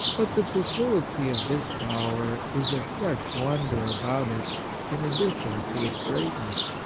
but the facility of this power is a fresh wonder about it in addition to its greatness.